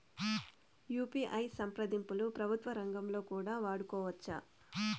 UPI సంప్రదింపులు ప్రభుత్వ రంగంలో కూడా వాడుకోవచ్చా?